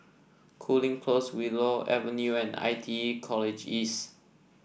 Cooling Close Willow Avenue and I T E College East